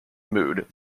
mood